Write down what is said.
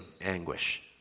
anguish